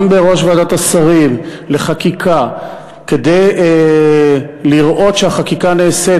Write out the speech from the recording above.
בראש ועדת השרים לחקיקה כדי לראות שהחקיקה נעשית,